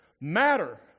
matter